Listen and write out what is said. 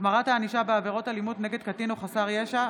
(החמרת הענישה בעבירות אלימות נגד קטין או חסר ישע),